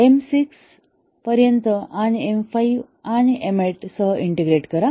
M6 पर्यंत आणि M5 आणि M8 सह इंटिग्रेट करा